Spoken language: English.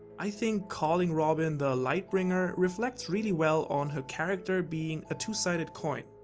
i think, calling robin the light-bringer reflects really well on her character being a two-sided coin.